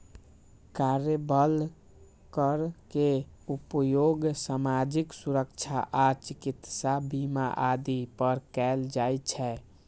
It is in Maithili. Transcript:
कार्यबल कर के उपयोग सामाजिक सुरक्षा आ चिकित्सा बीमा आदि पर कैल जाइ छै